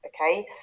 okay